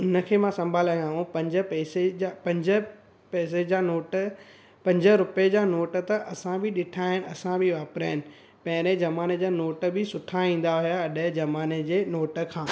हुनखे मां संभालिया आहिनि ऐं पंज पैसे जा पंज पैसे जा नोट पंज रुपए जा नोट त असां बि ॾिठा आहिनि असां बि वापिराया आहिनि पहिरें ज़माने जा नोट बि सुठा ईंदा हुआ अॼु जे ज़माने जे नोट खां